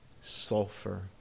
sulfur